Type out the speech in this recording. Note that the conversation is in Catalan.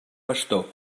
bastó